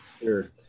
Sure